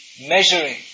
measuring